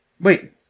wait